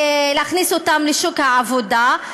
להכניס אותן לשוק העבודה,